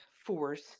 force